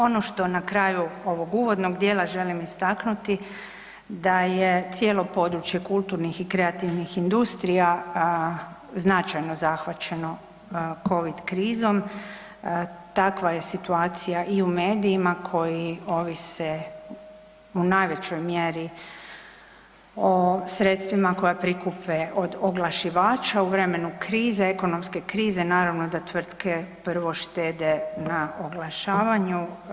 Ono što na kraju ovog uvodnog dijela želim istaknuti da je cijelo područje kulturnih i kreativnih industrija značajno zahvaćeno covid krizom, takva je situacija i u medijima koji ovise u najvećoj mjeri o sredstvima koja prikupe od oglašivača u vremenu krize, ekonomske krize naravno da tvrtke prvo štede na oglašavanju.